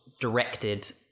directed